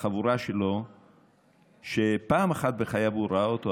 בחבורה שלו שפעם אחת בחייו הוא ראה אותו,